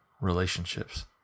relationships